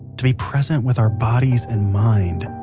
to be present with our bodies and mind.